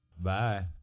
Bye